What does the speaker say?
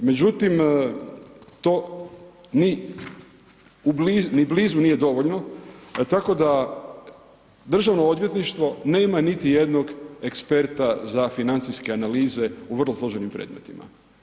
Međutim to ni blizu nije dovoljno, tako da Državno odvjetništvo nema niti jednog eksperta za financijske analize u vrlo složenim predmetima.